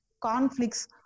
conflicts